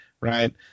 right